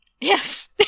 Yes